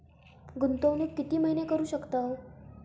गुंतवणूक किती महिने करू शकतव?